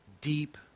deep